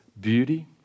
beauty